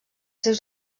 seus